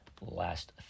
Last